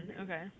Okay